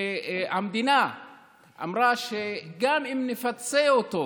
המדינה אמרה: גם אם נפצה אותו